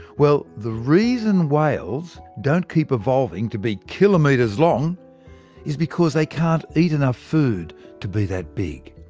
well, the reason whales don't keep evolving to be kilometres long is because they can't eat enough food to be that big!